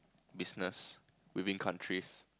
business within countries